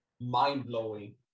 mind-blowing